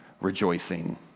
rejoicing